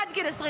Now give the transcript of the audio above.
עד גיל 25,